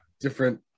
different